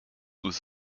was